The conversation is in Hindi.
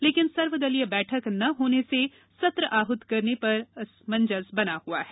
लेकिन सर्वदलीय बैठक ना होने से सत्र आहुत करने पर असामंजस्य बना हुआ है